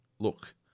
look